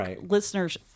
listeners